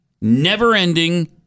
never-ending